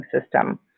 system